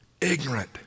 ignorant